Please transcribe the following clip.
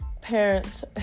parents